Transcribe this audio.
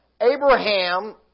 Abraham